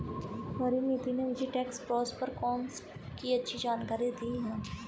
परिनीति ने मुझे tax pros और कोन्स की अच्छी जानकारी दी है